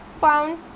found